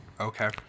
Okay